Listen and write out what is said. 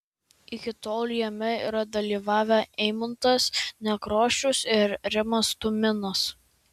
iki tol jame yra dalyvavę eimuntas nekrošius ir rimas tuminas